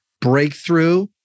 breakthrough